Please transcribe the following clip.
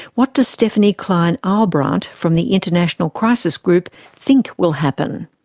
what does stephanie kleine-ahlbrandt from the international crisis group think will happen?